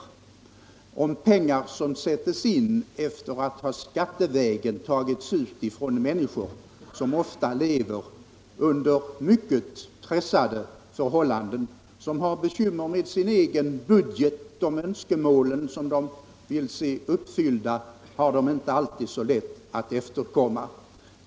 Det är pengar som sätts in efter det att de skattevägen har tagits ut från människor, som kanske lever under mycket pressade förhållanden och har bekymmer med sin egen budget. Det är inte alltid så lätt för dem att uppfylla de önskemål de vill ha tillgodosedda.